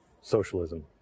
socialism